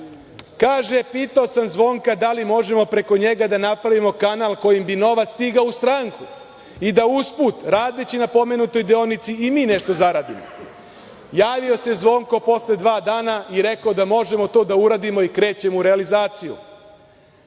„Pitao sam Zvonka da li možemo preko njega da napravimo kanal kojim bi novac stigao u stranku i da usput radeći na pomenutoj deonici i mi nešto zaradimo. Javio se Zvonko posle dva dana i rekao da možemo to da uradimo i krećemo u realizaciju.